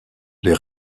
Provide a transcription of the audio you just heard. les